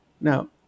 Now